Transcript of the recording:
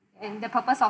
and the purpose of